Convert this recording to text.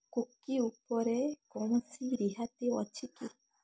cookie ଉପରେ କୌଣସି ରିହାତି ଅଛି କି